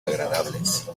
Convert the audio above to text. agradables